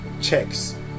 checks